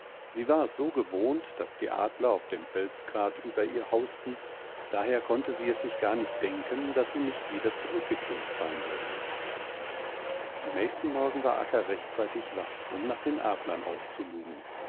sie war es so gewohnt daß die adler auf dem felsgrat über ihr hausten daher konnte sie es sich gar nicht denken daß sie nicht wieder zurückgekehrt sein sollten am nächsten morgen war akka rechtzeitig wach um nach den adlern auszulugen